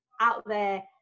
out-there